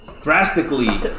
drastically